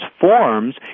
forms